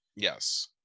yes